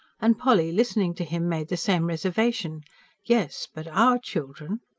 and polly, listening to him, made the same reservation yes, but our children.